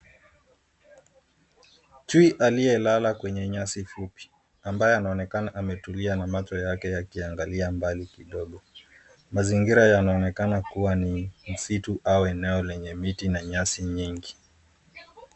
Chui aliyelala kwenye nyasi fupi ambaye anaonekana ametulia na macho yake yakiangalia mbali kidogo. Mazingira yanaonekana kuwa ni misitu au eneo lenye miti na nyasi nyingi.